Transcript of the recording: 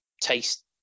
taste